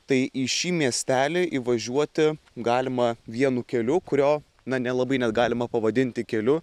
tai į šį miestelį įvažiuoti galima vienu keliu kurio na nelabai net galima pavadinti keliu